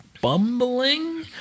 Bumbling